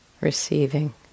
receiving